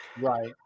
right